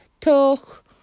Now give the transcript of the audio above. talk